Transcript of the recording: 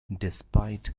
despite